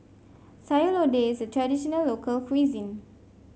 Sayur Lodeh is a traditional local cuisine